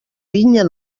vinya